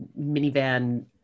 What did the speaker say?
minivan